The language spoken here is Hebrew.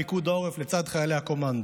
פיקוד העורף לצד חיילי הקומנדו.